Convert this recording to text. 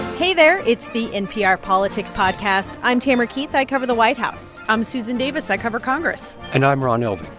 hey there. it's the npr politics podcast. i'm tamara keith. i cover the white house i'm susan davis. i cover congress and i'm ron elving,